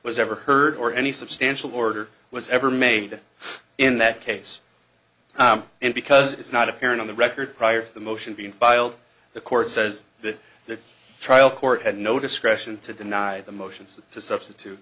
was ever heard or any substantial order was ever made in that case and because it's not appearing on the record prior to the motion being filed the court says that the trial court had no discretion to deny the motions to substitute